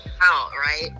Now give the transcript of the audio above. right